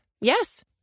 Yes